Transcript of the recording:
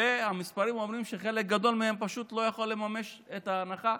והמספרים אומרים שחלק גדול מהם פשוט לא יכולים לממש את ההנחה,